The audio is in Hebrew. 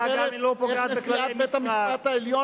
ההצעה גם לא פוגעת בכללי המשחק.